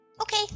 Okay